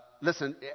Listen